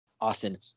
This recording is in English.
Austin